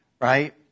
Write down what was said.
right